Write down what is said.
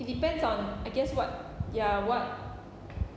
it depends on I guess what ya what